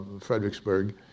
Fredericksburg